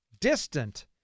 distant